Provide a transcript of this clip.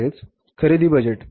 तसेच खरेदी बजेट